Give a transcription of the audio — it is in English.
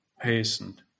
hastened